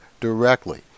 directly